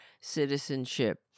citizenship